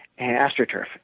astroturf